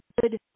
good